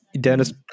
Dennis